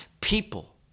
People